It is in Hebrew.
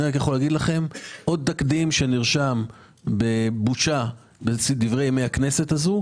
אני רק יכול להגיד לכם שזה עוד תקדים שנרשם בבושה בדברי ימי הכנסת הזאת,